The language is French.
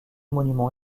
monuments